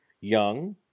young